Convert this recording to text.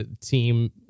team